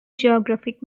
geographic